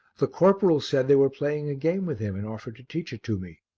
the corporal said they were playing a game with him and offered to teach it to me.